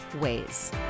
ways